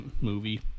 movie